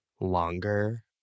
longer